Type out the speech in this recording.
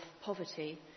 poverty